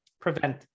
prevent